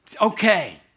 okay